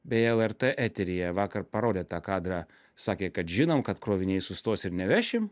beje lrt eteryje vakar parodė tą kadrą sakė kad žinom kad kroviniai sustos ir nevešim